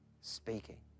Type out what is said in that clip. speaking